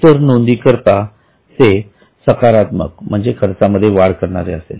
इतर नोंदी करता ते सकारात्मक म्हणजे खर्चामध्ये वाढ करणारे असेल